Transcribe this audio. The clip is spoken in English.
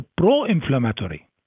pro-inflammatory